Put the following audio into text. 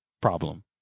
problem